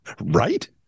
Right